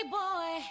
boy